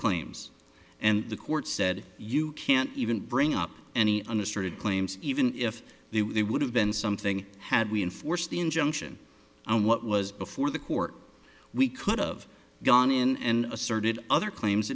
claims and the court said you can't even bring up any understated claims even if they would have been something had we enforced the injunction on what was before the court we could of gone in and asserted other claims